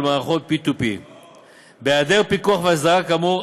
מערכות P2P. בהיעדר פיקוח והסדרה כאמור,